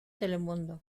telemundo